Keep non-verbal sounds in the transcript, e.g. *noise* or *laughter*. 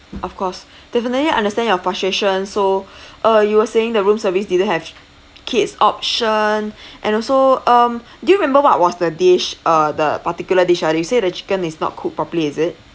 of course definitely understand your frustration so *breath* uh you were saying the room service didn't have kids option *breath* and also um do you remember what was the dish uh the particular dish ah you say the chicken is not cook properly is it